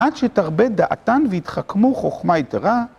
עד שתרבה דעתן והתחכמו חוכמה יתרה.